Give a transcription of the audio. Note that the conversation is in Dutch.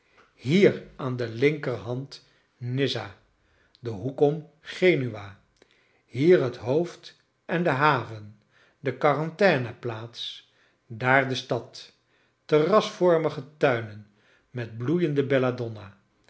hier aan de linker hand nizza den hoek om genua hier het hoofd en de haven de quarantaine plaats daar de stad terj rasvormige tuinen met bloeiende bel